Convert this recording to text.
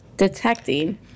Detecting